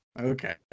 okay